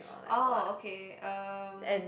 oh okay um